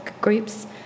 groups